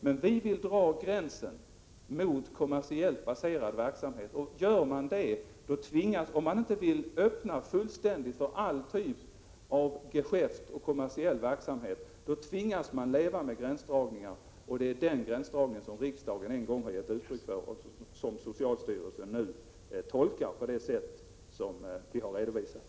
Men vi vill dra gränsen mot kommersiellt baserad verksamhet. Vill man inte öppna alla möjligheter för all sorts geschäft och kommersiell verksamhet, tvingas man leva med gränsdragningar. Det är en sådan gränsdragning som riksdagen en gång har beslutat sig för och som socialstyrelsen nu tolkar på det sätt som redovisats.